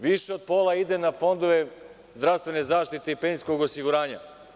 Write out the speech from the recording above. Više od pola ide na fondove zdravstvene zaštite i penzijskog osiguranja.